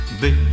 Big